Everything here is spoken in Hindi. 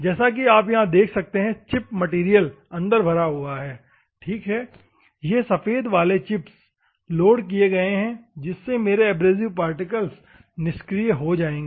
जैसा कि आप यहां देख सकते हैं चिप मैटेरियल अंदर भरा हुआ है ठीक है ये सफेद वाले चिप्स लोड किए गए हैं जिससे मेरे एब्रेसिव पार्टिकल्स निष्क्रिय हो जाएंगे